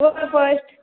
होय फस्ट